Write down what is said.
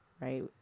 right